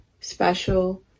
special